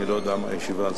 אני לא יודע מה הישיבה הזו.